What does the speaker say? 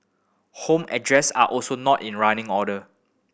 home address are also not in running order